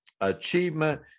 achievement